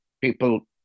people